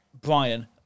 Brian